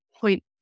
point